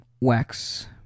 wax